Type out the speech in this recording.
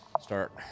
start